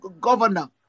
governor